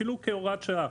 אפילו כהוראת שעה.